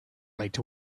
right